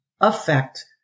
affect